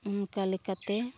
ᱚᱱᱠᱟ ᱞᱮᱠᱟᱛᱮ